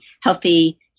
healthy